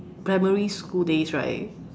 primary school days right